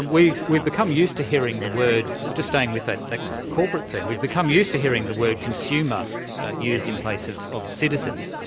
we've we've become used to hearing the word to stay and within that like corporate thing we've become used to hearing the word consumer used in place of of citizen,